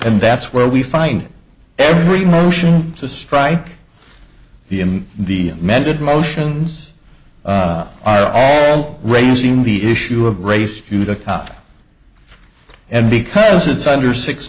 and that's where we find every motion to strike if he and the mended motions are all raising the issue of race to the cop and because it's under six